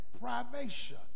privation